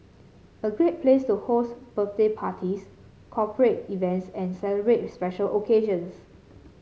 a great place to host birthday parties corporate events and celebrate special occasions